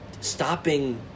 Stopping –